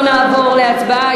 אנחנו לא נעבור להצבעה.